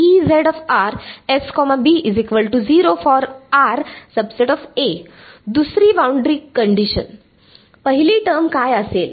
for दुसरी boundary condition पहिली term काय असेल